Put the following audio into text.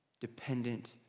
dependent